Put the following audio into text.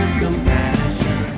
compassion